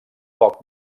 poc